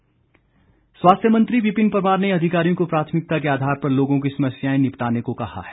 विपिन परमार स्वास्थ्य मंत्री विपिन परमार ने अधिकारियों को प्राथमिकता के आधार पर लोगों की समस्याएं निपटाने को कहा है